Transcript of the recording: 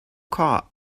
car